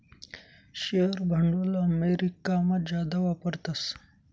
share भांडवल अमेरिकामा जादा वापरतस